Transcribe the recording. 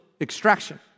extraction